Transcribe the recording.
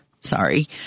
sorry